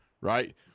right